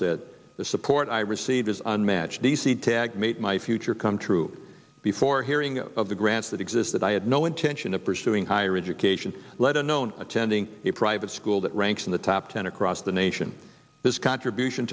said the support i received is unmatched d c tagg made my future come true before hearing of the grants that exist that i had no intention of pursuing higher education let alone attending a private school that ranks in the top ten across the nation his contribution